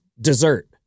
dessert